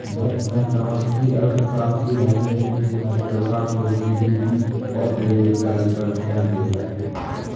मैं समष्टि अर्थशास्त्री नहीं हूं की मैं प्रभा को जी.डी.पी और बेरोजगारी पर ज्ञान दे सकूं